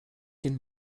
den